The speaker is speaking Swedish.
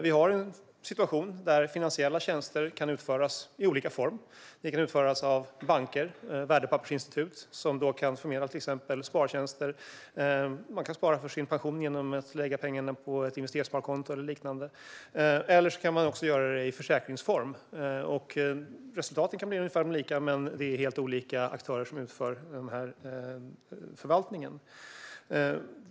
Vi har en situation där finansiella tjänster kan utföras i olika form. De kan utföras av banker och värdepappersinstitut, som kan förmedla till exempel spartjänster. Man kan spara till sin pension genom att sätta pengarna på ett investeringssparkonto eller liknande. Man kan också göra det i försäkringsform. Resultatet kan bli ungefär lika, men det är helt olika aktörer som utför förvaltningen.